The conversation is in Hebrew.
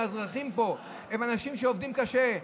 הם אזרחים פה, הם אנשים שעובדים קשה.